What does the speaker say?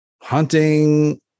hunting